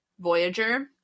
Voyager